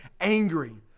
angry